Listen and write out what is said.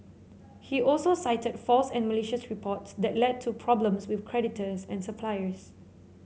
he also cited false and malicious reports that led to problems with creditors and suppliers